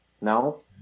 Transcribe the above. No